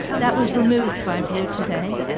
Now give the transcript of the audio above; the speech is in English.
that was removed by view today.